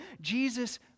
Jesus